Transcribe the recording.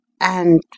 And